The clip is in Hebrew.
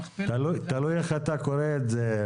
תלוי איך אתה קורא את זה,